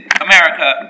America